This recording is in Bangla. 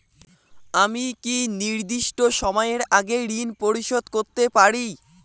আমি কি নির্দিষ্ট সময়ের আগেই ঋন পরিশোধ করতে পারি?